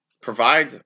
provide